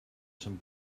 some